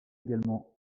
également